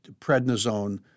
prednisone